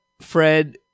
Fred